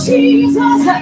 Jesus